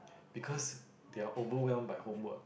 because they are overwhelmed by homework